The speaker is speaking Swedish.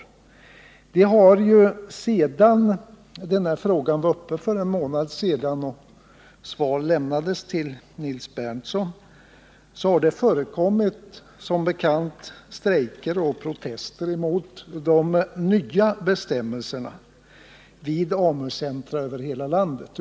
Efter det att den här frågan var uppe till diskussion för en månad sedan, då svar lämnades till Nils Berndtson, har det som bekant förekommit strejker och protester emot de nya bestämmelserna vid AMU-centra över hela landet.